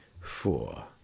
four